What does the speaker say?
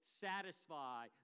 satisfy